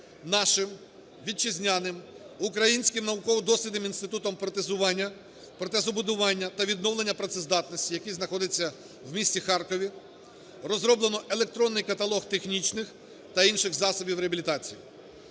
нашим, вітчизняним, українським Науково-дослідним інститутом протезування, протезобудування та відновлення працездатності, який знаходиться в місті Харкові, розроблено електронний каталог технічних та інших засобів реабілітації.